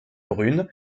brune